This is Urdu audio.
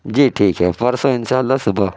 جی ٹھیک ہے پرسوں انشاء اللہ صبح